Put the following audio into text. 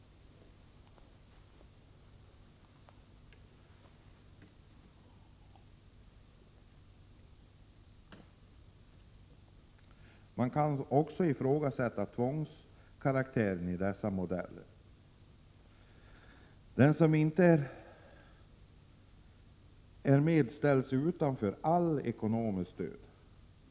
Man kan ifrågasätta tvångskaraktären i dessa modeller. Den som inte är med ställs utan allt ekonomiskt stöd.